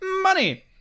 money